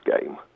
game